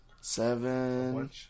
seven